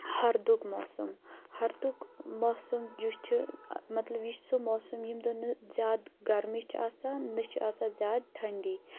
ہردُک موسم ہردُک موسم یُس چھُ مطلب یہِ چھُ سُہ موسم ییٚمہِ دۄہ نہٕ زٕیادٕ گَرمی چھِ آسان نہ چھِ آسان زِیادٕ ٹھنڈی